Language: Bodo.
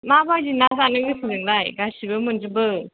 मा बायदि ना जानो गोसो नोंलाय गासैबो मोनजोबो